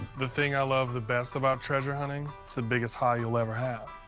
the thing i love the best about treasure hunting? it's the biggest high you'll ever have.